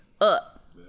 Up